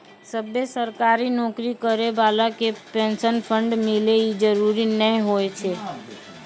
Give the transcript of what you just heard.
सभ्भे सरकारी नौकरी करै बाला के पेंशन फंड मिले इ जरुरी नै होय छै